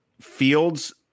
Fields